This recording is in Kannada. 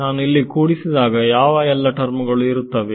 ನಾನು ಇಲ್ಲಿ ಕೂಡಿಸಿದಾಗ ಯಾವ ಎಲ್ಲ ಟರ್ಮ್ ಗಳು ಇರುತ್ತವೆ